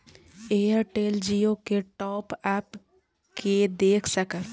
Airtel Jio के top up के देख सकब?